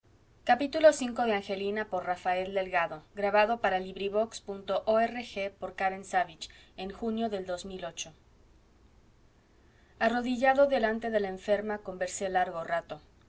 arrodillado delante de la enferma conversé largo rato